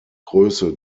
größe